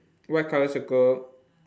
white colour circle